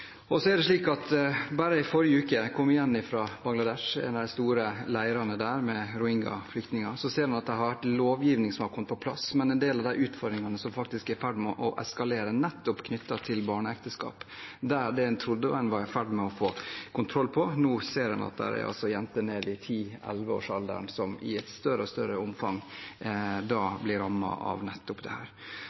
I forrige uke kom jeg hjem fra Bangladesh og en av de store leirene der med rohingya-flyktninger. Der ser man at lovgivning har kommet på plass, men en del av de utfordringene som er i ferd med å eskalere, er nettopp knyttet til barneekteskap, som en trodde en var i ferd med å få kontroll på. Nå ser en at jenter ned i 10-11-årsalderen i et større og større omfang blir rammet av nettopp dette. Dette er en viktig innsats, og vi skal jobbe så godt vi kan framover, og innen året skal vi altså ha det